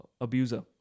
abuser